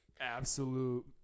Absolute